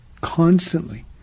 constantly